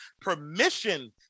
permission